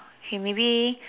okay maybe